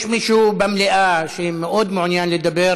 יש מישהו במליאה שמאוד מעוניין לדבר